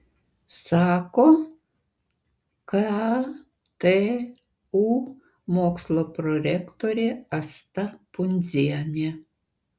sako ktu mokslo prorektorė asta pundzienė